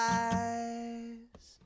eyes